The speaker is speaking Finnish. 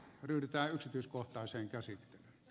yritä yksityiskohtaisen käsi